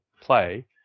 play